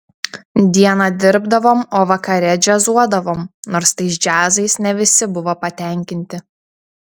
dieną dirbdavom o vakare džiazuodavom nors tais džiazais ne visi buvo patenkinti